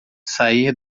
sair